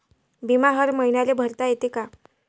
बिमा हर मईन्याले भरता येते का?